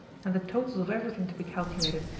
and the totals of everything to be calculated,